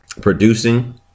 Producing